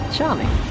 Charming